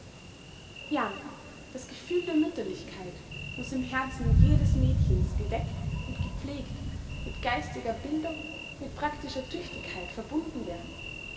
ja das gefühl der mütterlichkeit muß im herzen jedes mädchens geweckt und gepflegt mit geistiger bildung mit praktischer tüchtigkeit verbunden werden